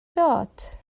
ddod